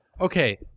okay